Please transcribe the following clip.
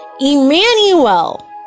Emmanuel